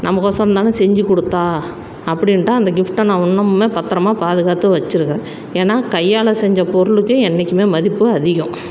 நமக்கோசரம் தானே செஞ்சு கொடுத்தாள் அப்படின்ட்டு அந்த கிஃப்ட்டை நான் இன்னமுமே பத்திரமா பாதுகாத்து வச்சிருக்கிறேன் ஏன்னால் கையால் செஞ்ச பொருளுக்கு என்றைக்குமே மதிப்பு அதிகம்